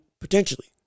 potentially